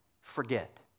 forget